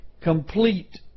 complete